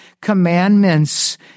commandments